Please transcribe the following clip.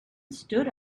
stood